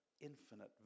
infinite